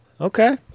Okay